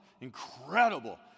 incredible